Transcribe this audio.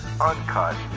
uncut